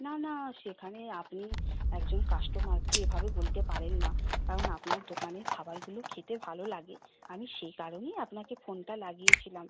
না না সেখানে আপনি একজন কাস্টমারকে এভাবে বলতে পারেন না কারণ আপনার দোকানের খাবারগুলো খেতে ভালো লাগে আমি সেই কারণেই আপনাকে ফোনটা লাগিয়েছিলাম